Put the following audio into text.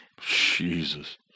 Jesus